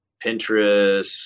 Pinterest